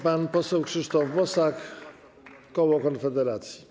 Pan poseł Krzysztof Bosak, koło Konfederacji.